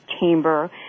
chamber